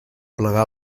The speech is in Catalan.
plegar